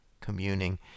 communing